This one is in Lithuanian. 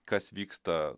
kas vyksta